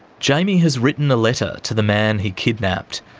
jamy has written a letter to the man he kidnapped,